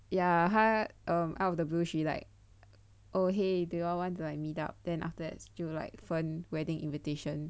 ya 他 um out of the blue she like oh !hey! do you all want to meet up then after that 就 like 分 wedding invitation